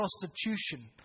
prostitution